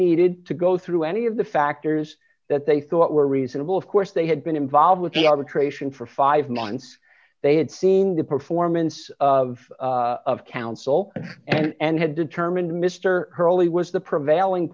needed to go through any of the factors that they thought were reasonable of course they had been involved with the arbitration for five months they had seen the performance of counsel and had determined mr hurley was the prevailing